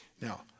Now